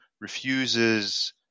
refuses